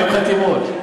40 חתימות.